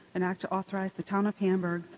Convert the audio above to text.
an act to authorize the town of hamburg,